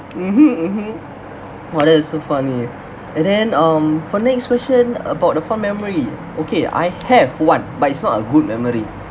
mmhmm mmhmm !wah! that is so funny eh and then um for next question about the fond memory okay I have one but it's not a good memory